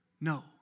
No